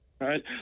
Right